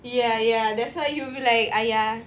ya ya that's why you like !aiya!